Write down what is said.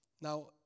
Now